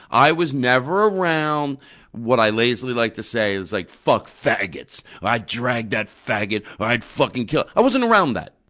i was never around what i lazily like to say is like fuck faggots. i dragged that faggot, or, i'd fucking kill. i wasn't around that.